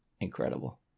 incredible